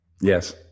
Yes